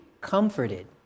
comforted